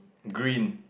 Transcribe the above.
green